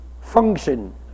function